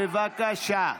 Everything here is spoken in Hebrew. בבקשה.